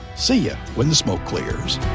see you when the smoke clears.